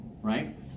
right